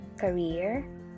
career